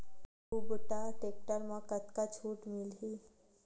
कुबटा टेक्टर म कतका छूट मिलही?